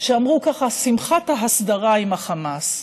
שאמרו ככה, שמחת ההסדרה עם החמאס,